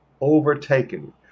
Overtaken